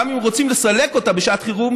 גם אם רוצים לסלק אותה בשעת חירום,